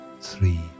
three